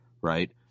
Right